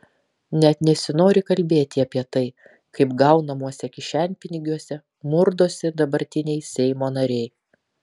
net nesinori kalbėti apie tai kaip gaunamuose kišenpinigiuose murdosi dabartiniai seimo nariai